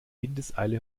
windeseile